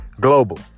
global